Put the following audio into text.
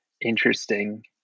interesting